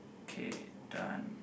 okay done